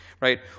right